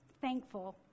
thankful